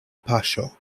paŝo